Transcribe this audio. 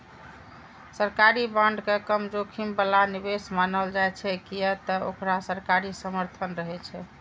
सरकारी बांड के कम जोखिम बला निवेश मानल जाइ छै, कियै ते ओकरा सरकारी समर्थन रहै छै